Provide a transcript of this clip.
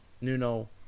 nuno